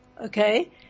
okay